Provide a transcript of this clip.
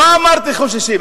לא אמרתי "חוששים".